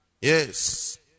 Yes